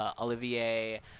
Olivier